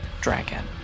dragon